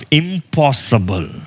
impossible